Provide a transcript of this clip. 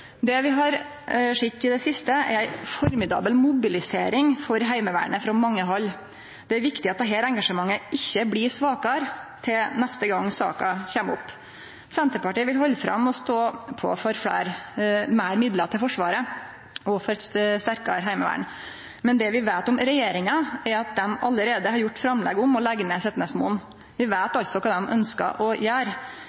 Det vi har sett i det siste, er ei formidabel mobilisering for Heimevernet frå mange hald. Det er viktig at dette engasjementet ikkje blir svakare fram til neste gong saka kjem opp. Senterpartiet vil halde fram med å stå på for meir midlar til Forsvaret og for eit sterkare heimevern, men det vi veit om regjeringa, er at dei allereie har gjort framlegg om å leggje ned Setnesmoen. Vi veit